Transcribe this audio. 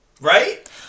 Right